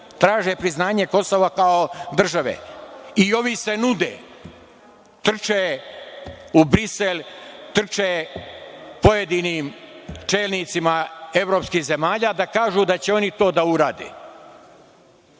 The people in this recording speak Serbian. Traže priznanje Kosova kao države i ovi se nude. Trče u Brisel, trče pojedinim čelnicima evropskih zemalja da kažu da će oni to da urade.